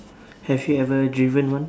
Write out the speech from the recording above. have you ever driven one